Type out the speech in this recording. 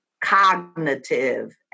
cognitive